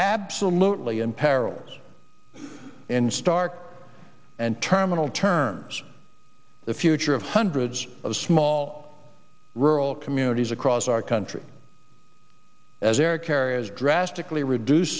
absolutely in peril in stark and terminal terms the future of hundreds of small rural communities across our country as air carriers drastically reduced